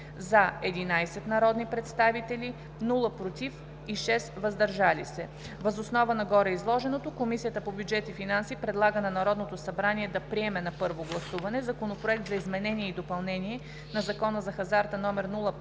– 11 народни представители, без „против“ и 6 „въздържал се“. Въз основа на гореизложеното Комисията по бюджет и финанси предлага на Народното събрание да приеме на първо гласуване Законопроект за изменение и допълнение на Закона за хазарта, №